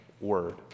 word